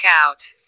out